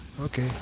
Okay